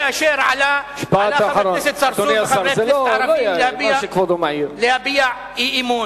כאשר עלו חבר הכנסת צרצור וחברי כנסת ערבים להביע אי-אמון.